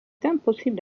impossible